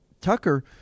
Tucker